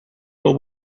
will